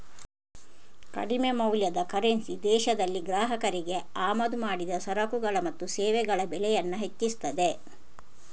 ಕಡಿಮೆ ಮೌಲ್ಯದ ಕರೆನ್ಸಿ ದೇಶದಲ್ಲಿ ಗ್ರಾಹಕರಿಗೆ ಆಮದು ಮಾಡಿದ ಸರಕುಗಳು ಮತ್ತು ಸೇವೆಗಳ ಬೆಲೆಯನ್ನ ಹೆಚ್ಚಿಸ್ತದೆ